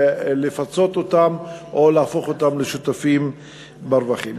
ולפצות אותם או להפוך אותם לשותפים ברווחים.